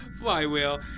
Flywheel